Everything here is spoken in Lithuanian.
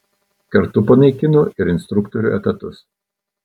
kartu panaikino ir instruktorių etatus